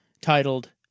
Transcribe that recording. Titled